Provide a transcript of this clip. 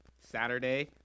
Saturday